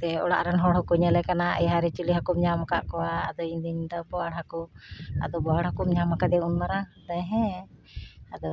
ᱡᱮ ᱚᱲᱟᱜ ᱨᱮᱱ ᱦᱚᱲ ᱦᱚᱸᱠᱚ ᱧᱮᱞᱮ ᱠᱟᱱᱟ ᱮᱭ ᱦᱟᱭᱨᱮ ᱪᱤᱞᱤ ᱦᱟᱹᱠᱩᱢ ᱧᱟᱢ ᱠᱟᱜ ᱠᱚᱣᱟ ᱟᱫᱚ ᱤᱧᱫᱩᱧ ᱢᱮᱱᱫᱟ ᱵᱳᱣᱟᱲ ᱦᱟᱹᱠᱩ ᱟᱫᱚ ᱵᱳᱣᱟᱲ ᱦᱟᱹᱠᱩᱧ ᱧᱟᱢ ᱠᱟᱫᱮ ᱩᱱ ᱢᱟᱨᱟᱝ ᱢᱮᱱᱫᱟᱭ ᱦᱮᱸ ᱟᱫᱚ